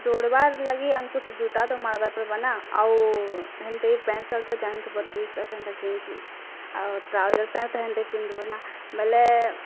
ଦୌଡ଼ିବାର୍ ଲାଗି ଆମ୍ କୁ ସେ ଜୁତା ତ ମାଡ଼ବାର୍ ପରିବ ନା ଆଉ ହେନ୍ତି ପେଣ୍ଟ୍ ସାର୍ଟ୍ ତ ଜାଣିଥିବ ଟି ସାର୍ଟ୍ ହେନ୍ତା କିନ୍ ଛି ଆଉ ଟ୍ରାଉଜର୍ ପ୍ୟାଣ୍ଟ୍ ତ ହେନ୍ତି ପିନ୍ଧିବ ନା ବେଲେ